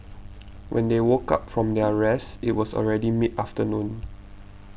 when they woke up from their rest it was already mid afternoon